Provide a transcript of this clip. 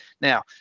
now